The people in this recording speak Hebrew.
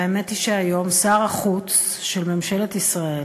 האמת היא שהיום שר החוץ של ממשלת ישראל,